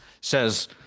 says